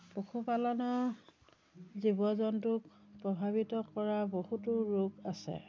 পশু পালনৰ জীৱ জন্তুক প্ৰভাৱিত কৰা বহুতো ৰোগ আছে